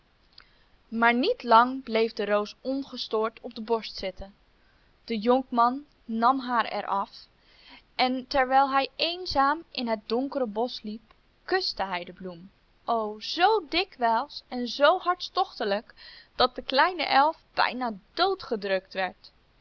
maar niet lang bleef de roos ongestoord op de borst zitten de jonkman nam haar er af en terwijl hij eenzaam in het donkere bosch liep kuste hij de bloem o zoo dikwijls en zoo hartstochtelijk dat de kleine elf bijna doodgedrukt werd